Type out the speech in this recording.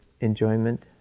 enjoyment